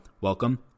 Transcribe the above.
welcome